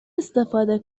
استفاده